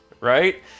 right